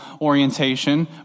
orientation